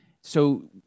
so-